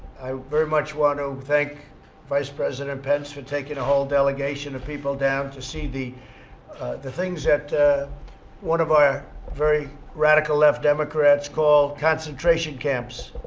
i very much want to thank vice president pence for taking a whole delegation of people down to see the the things that one of our very radical-left democrats call concentration camps.